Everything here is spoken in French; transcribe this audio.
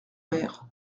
mer